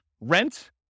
rent